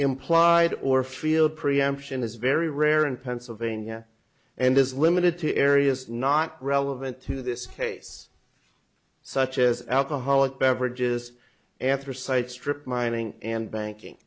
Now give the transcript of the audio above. implied or feel preemption is very rare in pennsylvania and is limited to areas not relevant to this case such as alcoholic beverages anthracite strip mining and banking